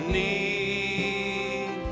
need